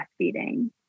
breastfeeding